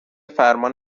فرمان